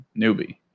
newbie